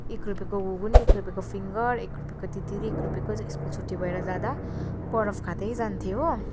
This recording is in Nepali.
एक रुपियाँको घुकुनी एक रुपियाँको फिङ्गर एक रुपियाँको तितिरी एक रुपियाँको चाहिँ स्कुल छुट्टी भएर जाँदा बरफ खाँदै जान्थेँ हो